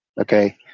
Okay